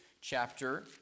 chapter